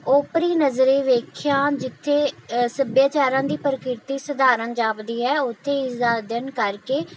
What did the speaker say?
ਓਪਰੀ ਨਜ਼ਰੇ ਵੇਖਿਆ ਜਿੱਥੇ ਸੱਭਿਆਚਾਰਾਂ ਦੀ ਪ੍ਰਕਿਰਤੀ ਸਧਾਰਨ ਜਾਪਦੀ ਹੈ ਉੱਥੇ ਇਸ ਦਾ ਅਧਿਐਨ ਕਰਕੇ